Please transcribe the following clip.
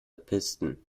pisten